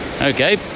Okay